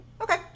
Okay